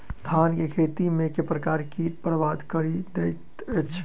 धान केँ खेती मे केँ प्रकार केँ कीट बरबाद कड़ी दैत अछि?